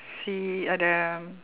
sea all the